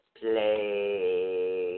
play